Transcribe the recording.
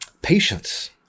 patience